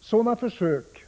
Sådana försök,